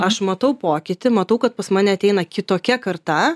aš matau pokytį matau kad pas mane ateina kitokia karta